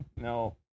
No